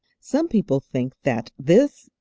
some people think that this,